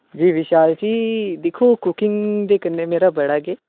जे विशाल जी दिक्खो कुकिंग दे कन्नै मेरा बड़ा गै